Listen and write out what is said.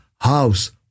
house